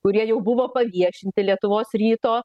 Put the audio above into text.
kurie jau buvo paviešinti lietuvos ryto